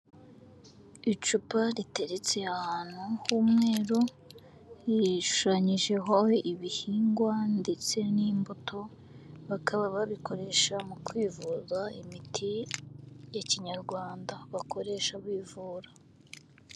Icupa riteretse ahantu h'umweru rishushanyijeho ibihingwa ndetse n'imbuto, bakaba babikoresha mu kwivuza imiti ya kinyarwanda bakoresha bivura.